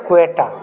Quetta